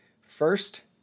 First